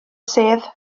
sedd